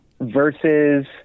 versus